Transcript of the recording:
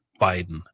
Biden